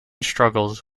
struggles